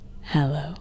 Hello